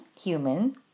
human